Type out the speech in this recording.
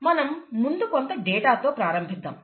మనం ముందు కొంత డేటాతో ప్రారంభిద్దాం